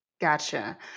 Gotcha